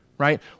right